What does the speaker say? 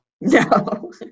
No